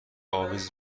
اویز